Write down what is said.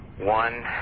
one